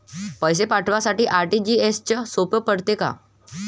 पैसे पाठवासाठी आर.टी.जी.एसचं सोप पडते का?